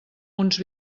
uns